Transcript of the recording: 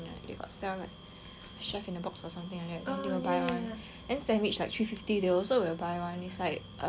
chef in a box or something like that the nearby [one] then sandwich like three fifty they also will buy [one] is like a very small sandwich only